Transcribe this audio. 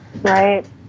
right